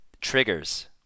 triggers